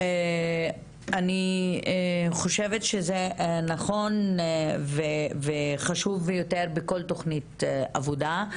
אני חושבת שזה נכון וחשוב יותר בכל תכנית עבודה,